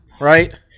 right